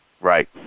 Right